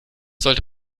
sollte